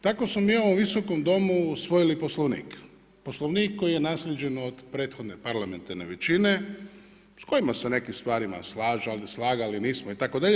Tako smo mi u ovom Visokom domu usvojili Poslovnik, Poslovnik koji je naslijeđen od prethodne parlamentarne većine s kojima se o nekim stvarima slagali nismo itd.